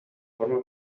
forma